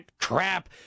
crap